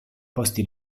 posti